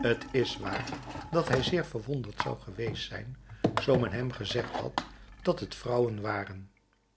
t is waar dat hij zeer verwonderd zou geweest zijn zoo men hem gezegd had dat het vrouwen waren